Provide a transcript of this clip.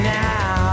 now